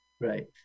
Right